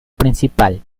principal